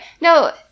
No